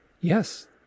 Yes